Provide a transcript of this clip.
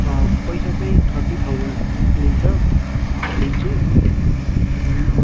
पैँसा चाहिँ thirty thousand लिन्छ लिन्छु अनि